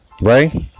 right